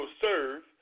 serve